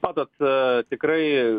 matot tikrai